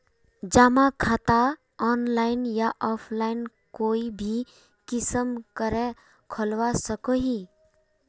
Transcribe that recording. जमा खाता ऑनलाइन या ऑफलाइन कोई भी किसम करे खोलवा सकोहो ही?